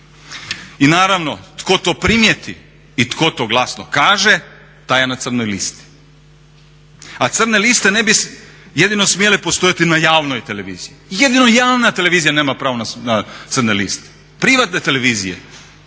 I naravno, tko to primijeti i tko to glasno kaže taj je na crnoj listi. A crne liste ne bi jedino smjele postojati na javnoj televiziji i jedino javna televizija nema pravo na crne liste. Privatne televizije